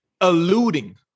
alluding